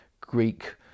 Greek